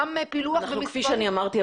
כפי שאמרתי,